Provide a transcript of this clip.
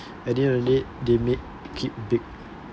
I think only they make it big